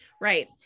Right